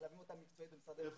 מלווים אותם מקצועית במשרדי הממשלה.